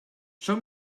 show